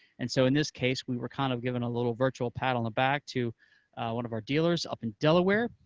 and so in this case, we were kind of giving a little virtual pat on the back to one of our dealers up in delaware,